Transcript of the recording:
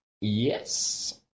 Yes